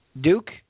Duke